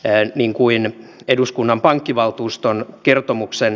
käy niinkuin eduskunnan pankkivaltuuston kertomuksen